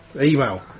Email